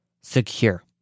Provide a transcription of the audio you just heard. secure